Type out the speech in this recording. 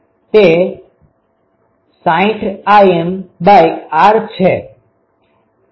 તે 60Imr છે